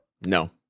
No